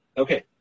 Okay